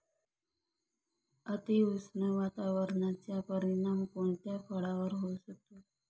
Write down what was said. अतिउष्ण वातावरणाचा परिणाम कोणत्या फळावर होऊ शकतो?